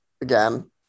again